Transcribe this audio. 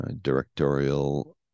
directorial